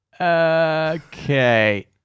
Okay